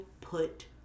put